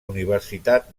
universitat